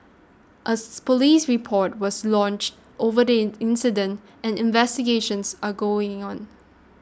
a police report was lodged over the incident and investigations are going on